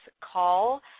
call